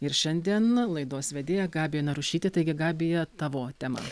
ir šiandien laidos vedėja gabija narušytė taigi gabija tavo tema